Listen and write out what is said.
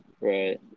Right